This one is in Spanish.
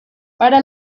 para